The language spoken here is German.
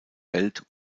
welt